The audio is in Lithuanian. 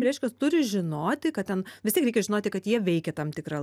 reiškia turi žinoti kad ten vis tiek reikia žinoti kad jie veikia tam tikrą